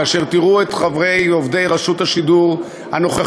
כאשר תראו את עובדי רשות השידור הנוכחיים,